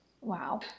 Wow